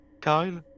Kyle